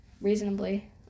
reasonably